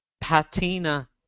Patina